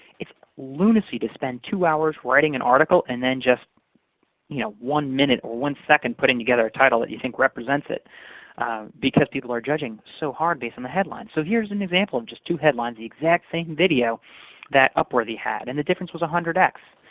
it's lunacy to spend two hours writing an article, and then just you know one minute or one second putting together a title that you think represents it because people are judging so hard based on the headline. so here is an example of just two headlines, the exact same video that upworthy had, and the difference was one hundred x.